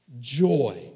joy